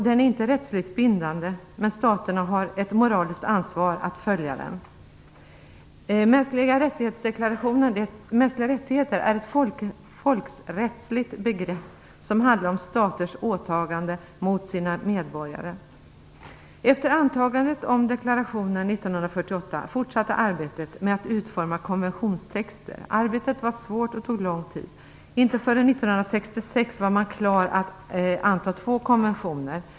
Den är inte rättsligt bindande, men staterna har ett moraliskt ansvar att följa den. Mänskliga rättigheter är ett folkrättsligt begrepp som handlar om staters åtaganden mot sina medborgare. Efter antagandet av deklarationen 1948 fortsatte arbetet med att utforma konventionstexter. Arbetet var svårt och tog lång tid. Inte förrän 1966 var man klar att anta två konventioner.